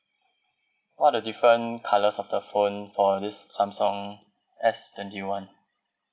what are the different colours of the phone for this Samsung S twenty one